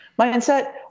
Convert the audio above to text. mindset